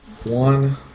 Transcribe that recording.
One